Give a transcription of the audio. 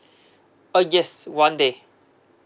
uh yes one day